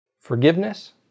forgiveness